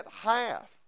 half